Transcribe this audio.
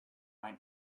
mijn